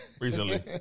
recently